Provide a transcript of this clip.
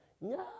No